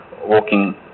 walking